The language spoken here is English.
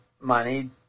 money